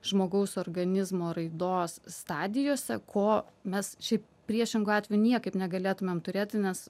žmogaus organizmo raidos stadijose ko mes šiaip priešingu atveju niekaip negalėtumėm turėti nes